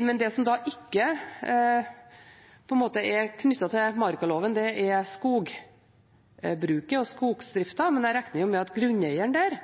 men det som ikke er knyttet til markaloven, er skogbruket og skogsdriften, men jeg regner sjølsagt med at grunneieren der